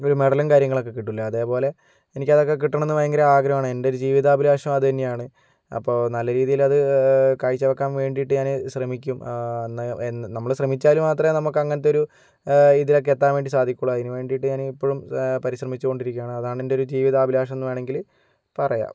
മെഡലും കാര്യങ്ങളൊക്കെ കിട്ടില്ലേ അതേപോലെ എനിക്കതൊക്കെ കിട്ടണമെന്ന് ഭയങ്കരാഗ്രഹാണ് എൻറ്റൊര് ജീവിതാഭിലാഷവും അത് തന്നെയാണ് അപ്പോൾ നല്ല രീതിയിലത് കാഴ്ച വെക്കാൻ വേണ്ടിയിട്ട് ഞാന് ശ്രമിക്കും അന്ന് നമ്മള് ശ്രമിച്ചാല് മാത്രമെ നമുക്കങ്ങണത്തെ ഒരു ഇതിലേക്ക് എത്താൻ വേണ്ടി സാധിക്കുകയുള്ളു അതിന് വേണ്ടിയിട്ട് ഞാൻ ഇപ്പളും പരിശ്രമിച്ചോണ്ടിരിക്കുകയാണ് അതാണെൻ്റെ ഒരു ജീവിതാഭിലാഷമെന്ന് വേണെങ്കില് പറയാം